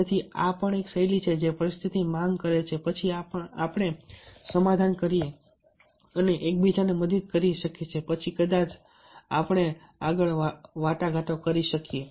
તેથી આ પણ એક શૈલી છે જે પરિસ્થિતિની માંગ કરે છે પછી આપણે સમાધાન કરીને એકબીજાને મદદ કરી શકીએ અને પછી કદાચ આપણે આગળ વાટાઘાટો કરી શકીએ